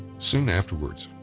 soon afterwards,